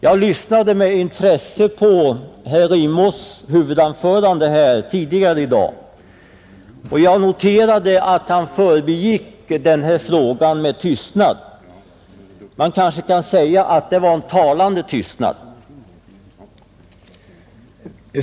Jag lyssnade med intresse på herr Rimås” huvudanförande tidigare i dag, och jag noterade att han förbigick den frågan med tystnad; man kanske kan säga att det var en talande tystnad.